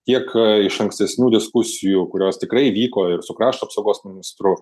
tiek iš ankstesnių diskusijų kurios tikrai vyko ir su krašto apsaugos ministru